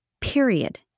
period